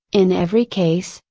in every case,